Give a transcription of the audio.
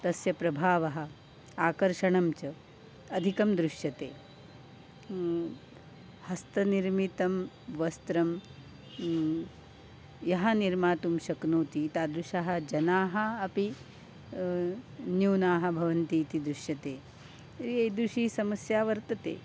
तस्य प्रभावः आकर्षणं च अधिकं दृश्यते हस्तनिर्मितं वस्त्रं यः निर्मातुं शक्नोति तादृशाः जनाः अपि न्यूनाः भवन्ति इति दृश्यते ईदृशी समस्या वर्तते